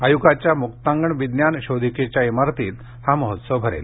आयुकाच्या मुक्तांगण विज्ञान शोधिकेच्या इमारतीत हा महोत्सव भरेल